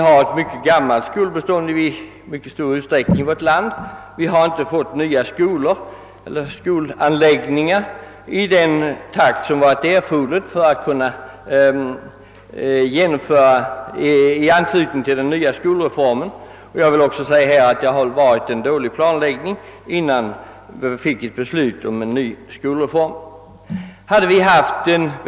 Skolbeståndet i vårt land är i betydande utsträckning gammalt — nya skolanläggningar har inte kunnat uppföras i den takt som skulle varit erforderlig i samband med den nya skolreformen. Det har väl också varit dåligt med planläggningen i detta avseende innan skolreformen genomfördes.